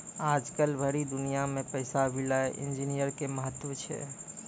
आजकल भरी दुनिया मे पैसा विला इन्जीनियर के महत्व छै